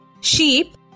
Sheep